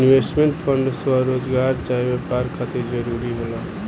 investment fund स्वरोजगार चाहे व्यापार खातिर जरूरी होला